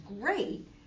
great